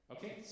Okay